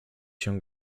się